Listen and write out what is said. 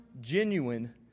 genuine